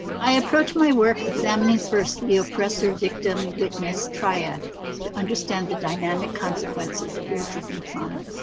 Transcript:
i approach my work examining first the oppressor, victim, witness triad to understand the dynamic consequences of racism trauma.